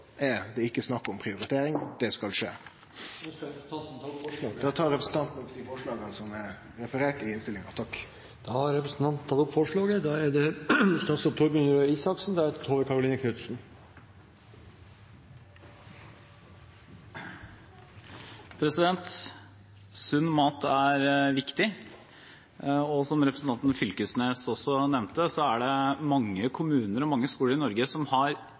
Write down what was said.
det ikkje snakk om prioritering – det skal skje. Skal representanten ta opp forslag? Representanten tar opp dei forslaga som er refererte i innstillinga. Representanten Torgeir Knag Fylkesnes har tatt opp de forslagene han refererte til. Sunn mat er viktig, og som representanten Knag Fylkesnes også nevnte, er det mange kommuner og mange skoler i Norge som har